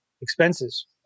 expenses